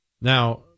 Now